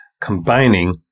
combining